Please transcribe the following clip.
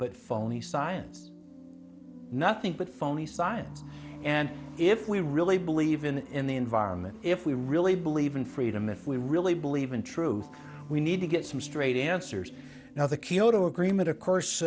but phony science nothing but phony science and if we really believe in it in the environment if we really believe in freedom if we really believe in truth we need to get some straight answers now the kyoto agreement of course